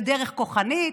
בדרך כוחנית,